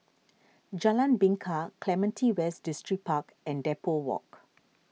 Jalan Bingka Clementi West Distripark and Depot Walk